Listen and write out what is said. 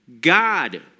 God